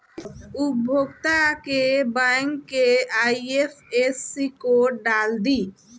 उपभोगता के बैंक के आइ.एफ.एस.सी कोड डाल दी